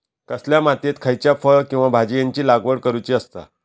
कसल्या मातीयेत खयच्या फळ किंवा भाजीयेंची लागवड करुची असता?